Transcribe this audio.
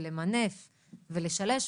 למנף ולשלש.